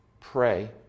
Pray